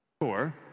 Four